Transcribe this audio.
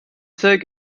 zeug